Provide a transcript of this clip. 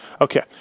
okay